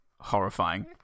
horrifying